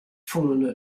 fûnen